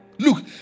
Look